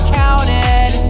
counted